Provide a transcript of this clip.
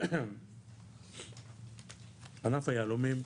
ענף היהלומים,